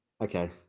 okay